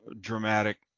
dramatic